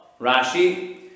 Rashi